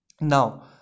now